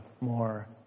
more